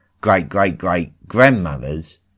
great-great-great-grandmothers